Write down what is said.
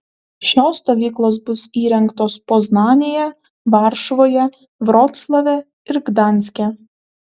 šios stovyklos bus įrengtos poznanėje varšuvoje vroclave ir gdanske